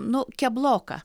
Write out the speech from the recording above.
nu kebloka